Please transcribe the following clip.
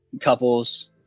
couples